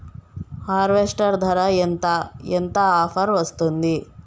Harvester ధర ఎంత ఎంత ఆఫర్ వస్తుంది?